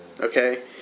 Okay